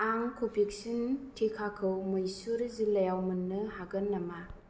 आं कभेक्सिन टिकाखौ मैसुर जिल्लायाव मोन्नो हागोन नामा